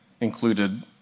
included